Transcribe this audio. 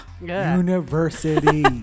University